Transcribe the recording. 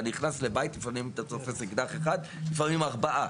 כשאתה נכנס לבית לפעמים אתה תופס אקדח אחד ולפעמים אתה תופס ארבעה,